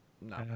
No